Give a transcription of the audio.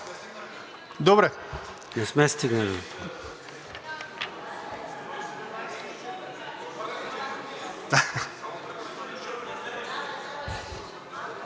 Добре.